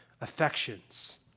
affections